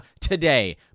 today